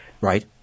Right